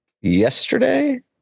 yesterday